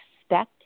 Expect